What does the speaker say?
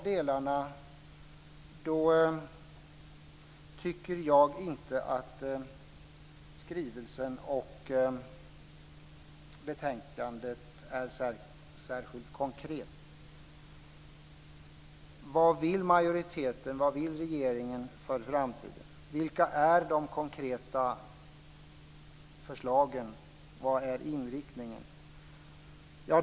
Jag tycker inte att skrivelsen och betänkandet är särskilt konkret när det gäller framtiden. Vad vill majoriteten och regeringen? Vilka är de konkreta förslagen? Vad är inriktningen?